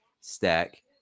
stack